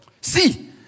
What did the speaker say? See